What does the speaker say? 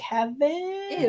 Kevin